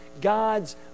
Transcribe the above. God's